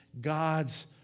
God's